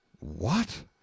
What